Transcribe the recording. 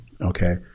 Okay